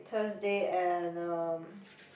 Thursday and um